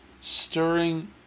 Stirring